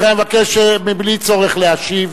מבלי צורך להשיב.